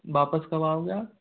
वापस कब आओगे आप